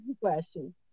question